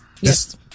Yes